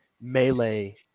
melee